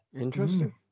Interesting